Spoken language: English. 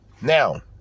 now